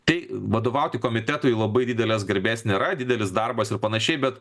tai vadovauti komitetui labai didelės garbės nėra didelis darbas ir panašiai bet